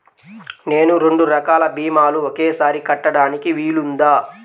నేను రెండు రకాల భీమాలు ఒకేసారి కట్టడానికి వీలుందా?